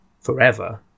forever